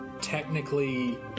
technically